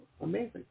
amazing